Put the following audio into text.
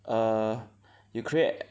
err you create